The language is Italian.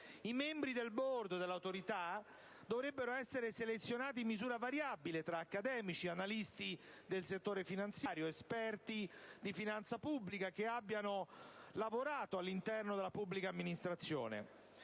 I membri del *board* dell'autorità dovrebbero essere selezionati, in misura variabile, tra accademici, analisti del settore finanziario ed esperti di finanza pubblica che abbiano lavorato all'interno della pubblica amministrazione.